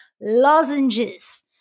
lozenges